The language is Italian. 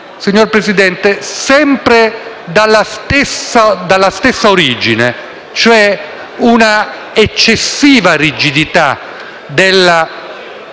signor Presidente, sempre dalla stessa origine, cioè un'eccessiva rigidità delle